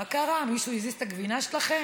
מה קרה, מישהו הזיז את הגבינה שלכם?